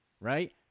right